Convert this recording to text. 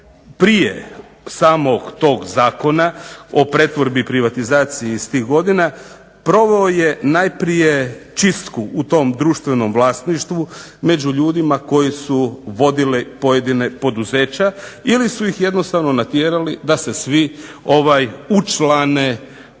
prije samog tog Zakona o pretvorbi i privatizaciji iz tih godina proveo je najprije čistku u tom društvenom vlasništvu među ljudima koji su vodili pojedina poduzeća ili su ih jednostavno natjerali da se svi učlane u HDZ.